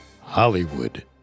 Hollywood